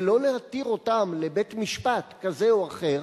ולא להותיר אותם לבית-משפט כזה או אחר,